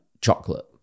chocolate